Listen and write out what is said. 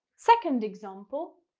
second example,